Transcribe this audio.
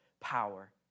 power